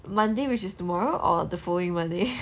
monday which is tomorrow or the following monday